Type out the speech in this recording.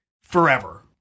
forever